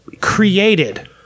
created